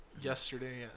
yesterday